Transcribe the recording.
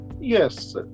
yes